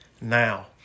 now